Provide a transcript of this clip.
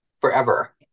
forever